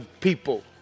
people